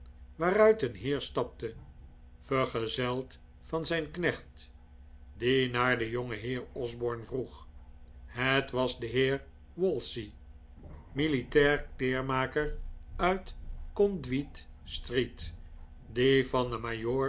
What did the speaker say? waaruit een heer stapte vergezeld van zijn knecht die naar den jongeheer osborne vroeg het was de heer wolsey militair kleermaker uit conduit street die van den